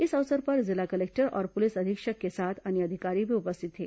इस अवसर पर जिला कलेक्टर और पुलिस अधीक्षक के साथ अन्य अधिकारी भी उपस्थित थे